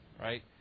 right